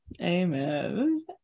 Amen